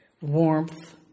warmth